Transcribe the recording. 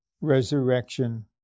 resurrection